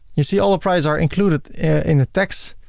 you see all the prices are included in the tax.